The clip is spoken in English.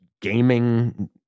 gaming